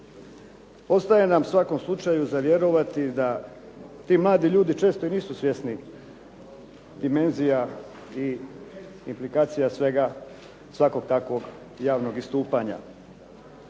Ostaje nam u svakom slučaju za vjerovati da ti mladi ljudi često i nisu svjesni dimenzija i implikacija svakog takvog javnog istupanja.